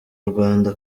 rwanda